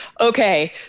okay